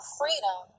freedom